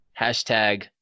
Hashtag